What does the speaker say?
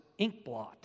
inkblot